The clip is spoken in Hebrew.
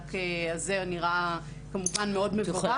המענק הזה נראה כמובן מאוד מבורך.